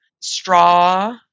straw